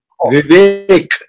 vivek